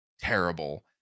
terrible